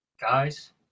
Guys